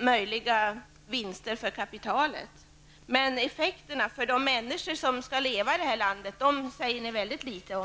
möjliga vinster för kapitalet. Men effekterna för de människor som skall leva i det här landet säger ni väldigt litet om.